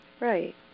Right